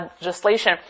legislation